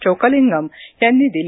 चोक्कलिंगम यांनी दिली